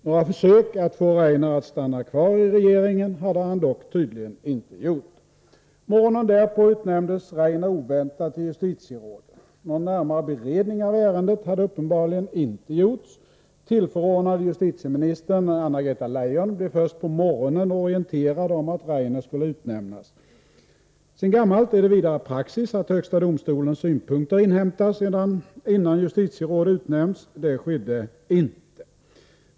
Några försök att få Rainer att stanna kvar i regeringen hade han dock tydligen inte gjort. Morgonen därpå utnämndes Rainer oväntat till justitieråd. Någon närmare beredning av ärendet hade uppenbarligen inte gjorts. Tillförordnade justitieministern Anna-Greta Leijon blev först på morgonen orienterad om att Rainer skulle utnämnas. Sedan gammalt är det praxis att högsta domstolens synpunkter inhämtas innan justitieråd utnämns. Detta skedde inte.